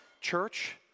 Church